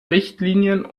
richtlinien